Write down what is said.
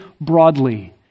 broadly